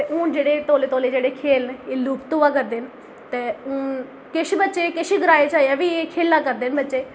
ते हून जेह्ड़े तौले तौले जेह्ड़े खेल न एह लुप्त होआ करदे न ते हून केश बच्चे केश ग्राएं च अजें बी खेला करदे न बच्चे